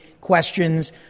questions